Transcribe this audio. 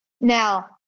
Now